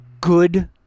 good